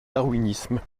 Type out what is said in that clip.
darwinisme